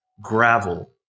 gravel